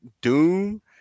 Doom